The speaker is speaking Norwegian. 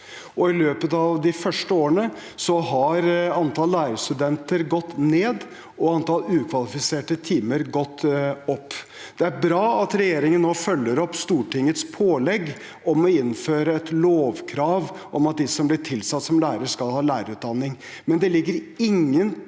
I løpet av de første årene har antall lærerstudenter gått ned og antall ukvalifiserte timer gått opp. Det er bra at regjeringen nå følger opp Stortingets pålegg om å innføre et lovkrav om at de som blir tilsatt som lærer, skal ha lærerutdanning.